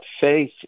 faith